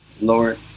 Lord